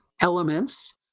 elements